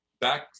back